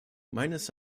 meines